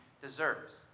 deserves